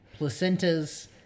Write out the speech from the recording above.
placentas